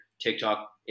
TikTok